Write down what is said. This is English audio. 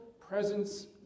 presence